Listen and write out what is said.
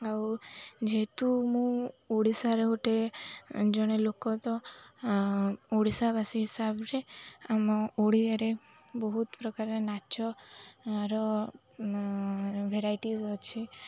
ଆଉ ଯେହେତୁ ମୁଁ ଓଡ଼ିଶାରେ ଗୋଟେ ଜଣେ ଲୋକ ତ ଓଡ଼ିଶାବାସୀ ହିସାବରେ ଆମ ଓଡ଼ିଆରେ ବହୁତ ପ୍ରକାର ନାଚର ଭେରାଇଟି ଅଛି